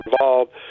involved